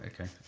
okay